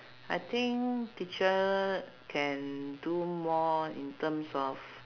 I think teacher can do more in terms of